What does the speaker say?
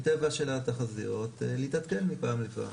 מטבען של התחזיות להתעדכן מפעם לפעם.